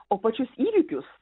o pačius įvykius